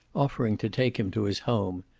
offering to take him to his home,